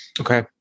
Okay